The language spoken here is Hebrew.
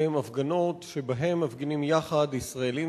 אלה הן הפגנות שבהן מפגינים יחד ישראלים